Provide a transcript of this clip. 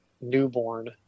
newborn